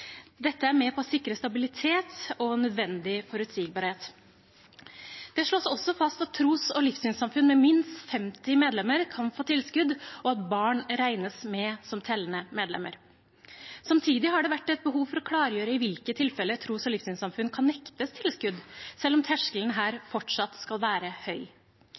Dette er med på å sikre stabilitet og nødvendig forutsigbarhet. Det slås også fast at tros- og livssynssamfunn med minst 50 medlemmer kan få tilskudd, og at barn regnes med som tellende medlemmer. Samtidig har det vært et behov for å klargjøre i hvilke tilfeller tros- og livssynssamfunn kan nektes tilskudd, selv om terskelen her fortsatt skal være høy.